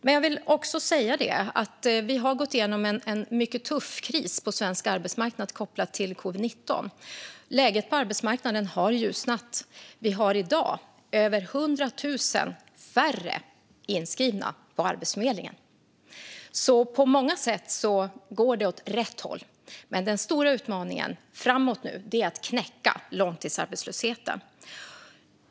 Men jag vill också säga att vi har gått igenom en mycket tuff kris på svensk arbetsmarknad kopplad till covid-19. Läget på arbetsmarknaden har ljusnat. Vi har i dag över 100 000 färre inskrivna på Arbetsförmedlingen. På många sätt går det alltså åt rätt håll, men den stora utmaningen framåt är att knäcka långtidsarbetslösheten.